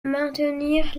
maintenir